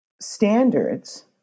standards